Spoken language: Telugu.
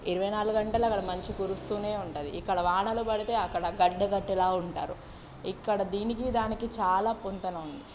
ఇరవై నాలుగు గంటలు అక్కడ మంచు కురుస్తూనే ఉంటుంది ఇక్కడ వానలు పడితే అక్కడ గడ్డకట్టెలా ఉంటారు ఇక్కడ దీనికి దానికి చాలా పొంతన ఉంది